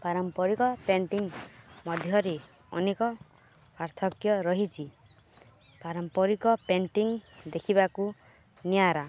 ପାରମ୍ପରିକ ପେଣ୍ଟିଂ ମଧ୍ୟରେ ଅନେକ ପାର୍ଥକ୍ୟ ରହିଛି ପାରମ୍ପରିକ ପେଣ୍ଟିଂ ଦେଖିବାକୁ ନିଆରା